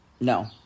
No